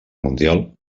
mundial